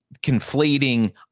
conflating